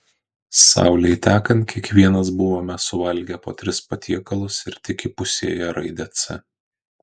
saulei tekant kiekvienas buvome suvalgę po tris patiekalus ir tik įpusėję raidę c